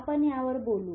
आपण यावर बोलू